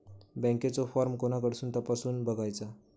बँकेचो फार्म कोणाकडसून तपासूच बगायचा?